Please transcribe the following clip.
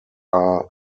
are